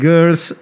Girls